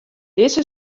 dizze